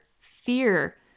fear